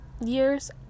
years